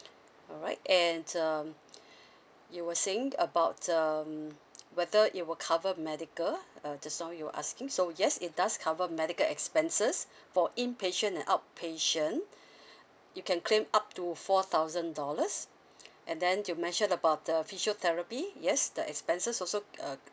alright and um you were saying about um whether it will cover medical uh just now you were asking so yes it does cover medical expenses for inpatient and outpatient you can claim up to four thousand dollars and then you mentioned about the physiotherapy yes the expenses also uh